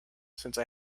since